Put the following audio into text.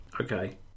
Okay